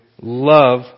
love